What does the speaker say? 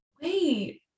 Wait